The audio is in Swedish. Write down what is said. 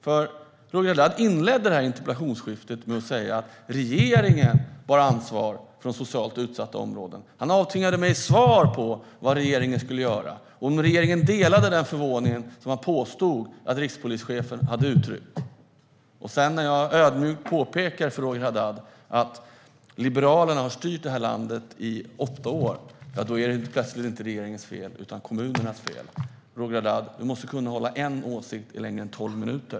Roger Haddad inledde interpellationsskiftet med att säga att regeringen har ansvar för de socialt utsatta områdena. Han avtvingade mig svar på vad regeringen ska göra, om regeringen delar den förvåning som han påstår att rikspolischefen har uttryckt. När jag ödmjukt påpekar för Roger Haddad att Liberalerna har styrt landet i åtta år är det plötsligt inte regeringens fel utan kommunernas fel. Roger Haddad! Du måste kunna hålla en åsikt längre än 12 minuter.